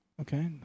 okay